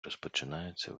розпочинається